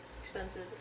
expensive